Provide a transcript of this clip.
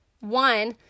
one